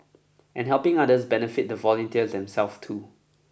and helping others benefit the volunteers themself too